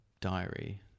diary